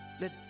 Let